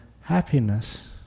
happiness